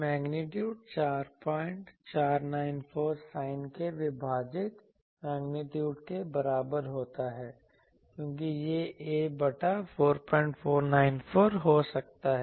magnitude 4494 sin के विभाजित magnitude के बराबर होता है क्योंकि यह a बटा 4494 हो सकता है